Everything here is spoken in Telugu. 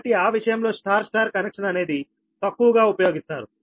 కాబట్టి ఆ విషయంలో స్టార్ స్టార్ కనెక్షన్ అనేది తక్కువగా ఉపయోగిస్తారు